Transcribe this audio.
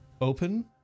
open